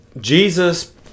Jesus